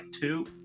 two